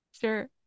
Sure